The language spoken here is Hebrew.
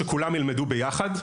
שכולם ילמדו ביחד,